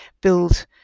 build